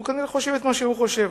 והוא כנראה חושב את מה שהוא חושב.